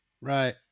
right